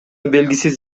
белгисиз